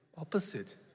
opposite